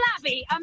flabby